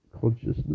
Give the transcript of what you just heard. consciousness